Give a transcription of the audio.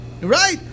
Right